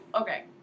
okay